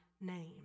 name